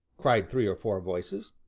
cried three or four voices.